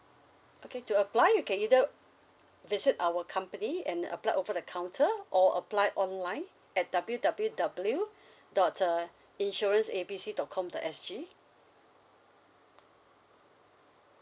okay to apply you can either visit our company and apply over the counter or apply online at W_W_W dot uh insurance A B C dot com dot S_G